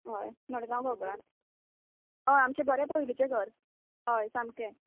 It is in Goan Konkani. हय मडगांव गोगोळान हय आमचें बरें पयलीचें घर हय सामकें